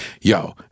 yo